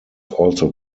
also